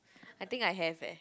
I think I have eh